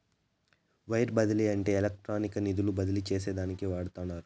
wire బదిలీ అంటే ఎలక్ట్రానిక్గా నిధులు బదిలీ చేసేదానికి వాడతండారు